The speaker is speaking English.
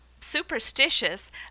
superstitious